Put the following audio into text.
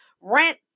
rent